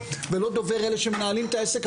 האוניברסיטאות, ולא דובר מי שמנהלים את העסק.